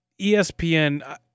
ESPN